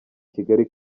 kigali